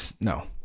no